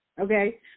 Okay